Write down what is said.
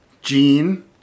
Jean